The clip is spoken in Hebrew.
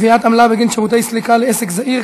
קביעת עמלה בגין שירותי סליקה לעסק זעיר,